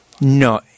No